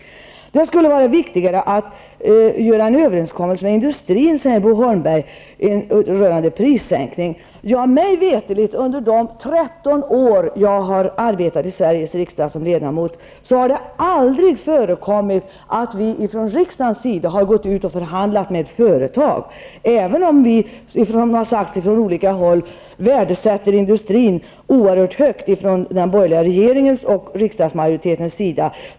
Det skulle vara viktigare att göra en överenskommelse med industrin om prissänkning, säger Bo Holmberg. Mig veterligt har det aldrig under de 13 år jag har arbetat som ledamot i Sveriges riksdag förekommit att vi ifrån riksdagens sida gått ut och förhandlat med företag. Som det har sagts från olika håll värdesätter vi industrin oerhört högt från den borgerliga regeringens och riksdagsmajoritetens sida.